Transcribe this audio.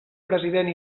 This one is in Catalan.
president